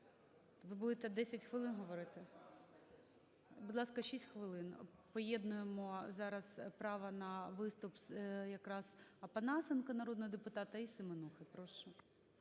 Ви будете 10 хвилин говорити? Будь ласка, 6 хвилин. Поєднуємо зараз право на виступ якраз Опанасенка народного депутата і Семенухи, прошу.